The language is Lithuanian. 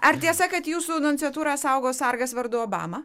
ar tiesa kad jūsų nunciatūrą saugo sargas vardu obama